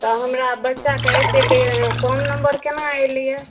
तऽ हमरा बच्चाके एतेक कम नम्बर केना अएलै हँ